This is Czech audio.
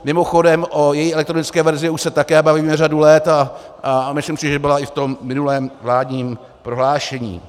Mimochodem o její elektronické verzi už se také bavíme řadu let a myslím si, že byla i v tom minulém vládním prohlášení.